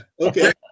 okay